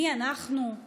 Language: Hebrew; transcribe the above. מי אנחנו,